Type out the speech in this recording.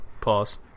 Pause